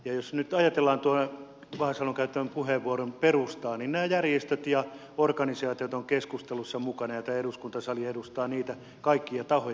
jos nyt ajatellaan vahasalon käyttämän puheenvuoron perustaa niin nämä järjestöt ja organisaatiot ovat keskusteluissa mukana ja tämä eduskuntasali edustaa niitä kaikkia tahoja